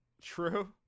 True